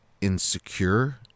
insecure